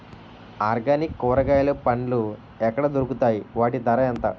Organic కూరగాయలు పండ్లు ఎక్కడ దొరుకుతాయి? వాటి ధర ఎంత?